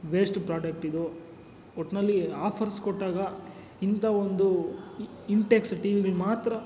waste ಪ್ರಾಡಕ್ಟಿದು ಒಟ್ನಲ್ಲಿ offers ಕೊಟ್ಟಾಗ ಇಂಥಾ ಒಂದು ಇನ್ಟೇಕ್ಸ್ ಟಿವಿಗಳು ಮಾತ್ರ